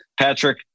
Patrick